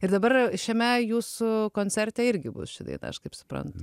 ir dabar šiame jūsų koncerte irgi bus ši daina aš kaip suprantu